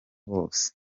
bwose